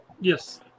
Yes